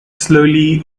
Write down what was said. slowly